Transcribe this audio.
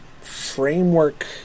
framework